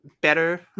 better